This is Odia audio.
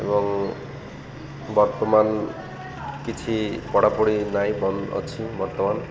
ଏବଂ ବର୍ତ୍ତମାନ କିଛି ପଢ଼ାପଢ଼ି ନାଇଁ ବନ୍ଦ ଅଛି ବର୍ତ୍ତମାନ